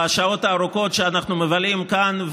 בשעות הארוכות שאנחנו מבלים כאן,